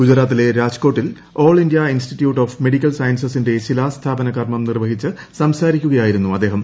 ഗുജറാത്തിലെ രാജ്കോട്ടിൽ all India institute of medical സയൻസസിന്റെ ശിലാസ്ഥാപന കർമം നിർവഹിച്ച് സംസാരിക്കുകയായിരുന്നു അദ്ദേഹം